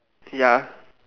ya